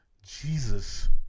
Jesus